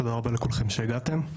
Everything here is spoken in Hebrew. תודה רבה לכולכם שהגעתם,